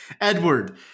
Edward